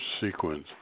sequence